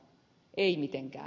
ei mitenkään